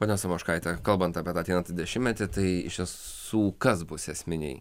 ponia samoškaite kalbant apie ateinantį dešimtmetį tai iš tiesų kas bus esminiai